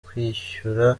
kwishyura